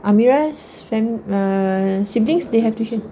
amirah's fam~ err siblings they have tuition